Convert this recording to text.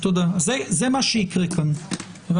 זה מה שיקרה כאן.